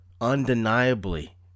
undeniably